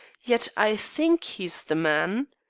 yet i think he's the man.